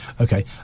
okay